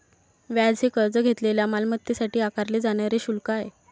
व्याज हे कर्ज घेतलेल्या मालमत्तेसाठी आकारले जाणारे शुल्क आहे